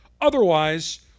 Otherwise